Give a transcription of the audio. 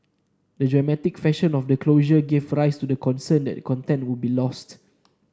the dramatic fashion of the closure gave rise to the concern that the content would be lost